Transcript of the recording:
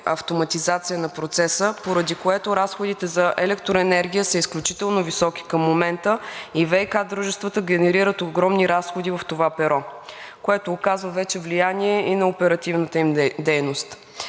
автоматизация на процеса, поради което разходите за електроенергия са изключително високи към момента и ВиК дружествата генерират огромни разходи в това перо, което оказва вече влияние и на оперативната им дейност.